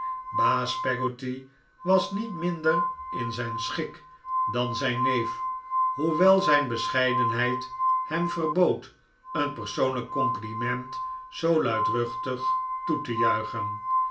baas peggotty was niet minder in zijn schik dan zijn neef hoewel zijn bescheidenheid hem verbood een persoonlijk compliment zoo luidruchtig toe te juichen